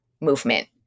movement